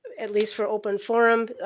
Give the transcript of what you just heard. at least for open forum,